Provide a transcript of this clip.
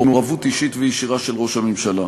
במעורבות אישית וישירה של ראש הממשלה.